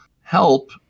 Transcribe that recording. help